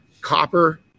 copper